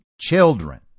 children